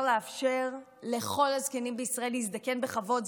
לאפשר לכל הזקנים בישראל להזדקן בכבוד.